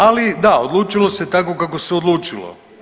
Ali da, odlučilo se tako kako se odlučilo.